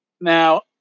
Now